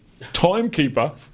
timekeeper